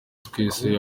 twese